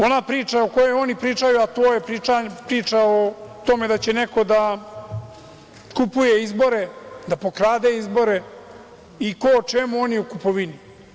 Ona priča o kojoj oni pričaju, a to je priča o tome da će neko da kupuje izbore, da pokrade izbore i ko o čemu, oni o kupovini.